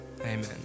Amen